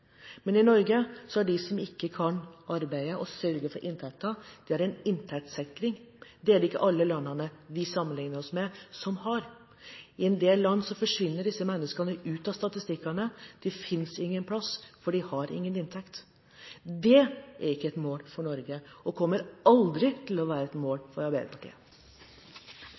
I Norge har de som ikke kan arbeide og sørge for inntekten, en inntektssikring. Det er det ikke alle landene vi sammenligner oss med, som har. I en del land forsvinner disse menneskene ut av statistikken. De finnes ingen plass, for de har ingen inntekt. Det er ikke et mål for Norge og kommer aldri til å være et mål for Arbeiderpartiet.